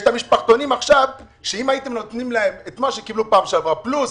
יש את המשפחתונים שאם הייתם נותנים להם את מה שקיבלו בפעם שעברה פלוס